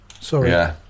Sorry